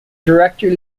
director